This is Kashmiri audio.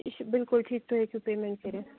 یہِ چھُ بِلکُل ٹھیٖک تُہۍ ہیٚکِو پیٚمٮ۪نٛٹ کٔرِتھ